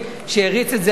שהריץ את זה היום,